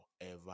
forever